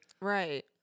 Right